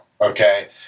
okay